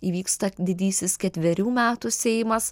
įvyksta didysis ketverių metų seimas